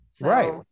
Right